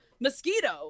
mosquito